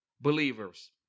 believers